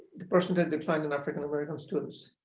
the percentage that declined in african-american students,